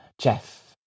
Jeff